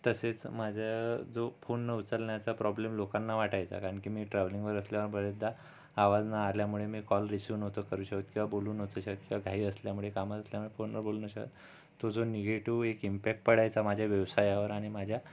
तसेच माझं जो फोन न उचलण्याचा प्रॉब्लेम लोकांना वाटायचा कारण की मी ट्रॅव्हलिंगवर असल्यामुळे बरेचदा आवाज न आल्यामुळे मी कॉल रिसिव्ह नव्हतो करू शकत किंवा बोलू नव्हतो शकत किंवा घाई असल्यामुळे कामात असल्यामुळे फोनवर बोलू नाय शकत तो जो नेगेटिव्ह इम्पॅक्ट पडायचा माझ्या व्यवसायावर आणि माझ्या